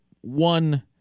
one